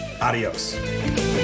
Adios